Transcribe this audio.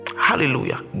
Hallelujah